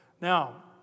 Now